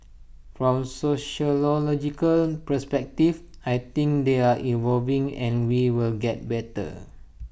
from sociological perspective I think they are evolving and we will get better